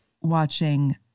Watching